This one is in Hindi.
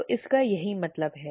तो इसका यही मतलब है